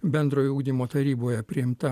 bendrojo ugdymo taryboje priimta